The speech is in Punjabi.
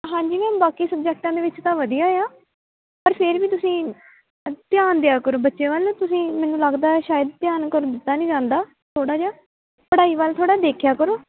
ਹਾਂਜੀ ਮੈਮ ਬਾਕੀ ਸਬਜੈਕਟਾਂ ਦੇ ਵਿੱਚ ਤਾਂ ਵਧੀਆ ਆ ਪਰ ਫਿਰ ਵੀ ਤੁਸੀਂ ਧਿਆਨ ਦਿਆ ਕਰੋ ਬੱਚੇ ਵੱਲ ਤੁਸੀਂ ਮੈਨੂੰ ਲੱਗਦਾ ਸ਼ਾਇਦ ਧਿਆਨ ਕਰ ਦਿੱਤਾ ਨਹੀਂ ਜਾਂਦਾ ਥੋੜ੍ਹਾ ਜਿਹਾ ਪੜ੍ਹਾਈ ਵੱਲ ਥੋੜ੍ਹਾ ਦੇਖਿਆ ਕਰੋ